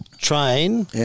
train